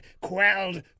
quelled